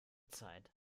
zeit